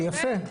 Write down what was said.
יפה.